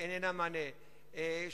איננה מענה עליה.